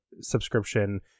subscription